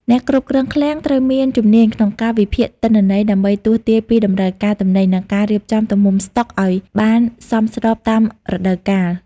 អ្នកគ្រប់គ្រងឃ្លាំងត្រូវមានជំនាញក្នុងការវិភាគទិន្នន័យ ដើម្បីទស្សន៍ទាយពីតម្រូវការទំនិញ និងការរៀបចំទំហំស្តុកឱ្យបានសមស្របតាមរដូវកាល។